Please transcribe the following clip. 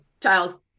child